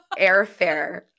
airfare